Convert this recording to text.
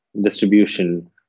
distribution